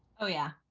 oh yeah.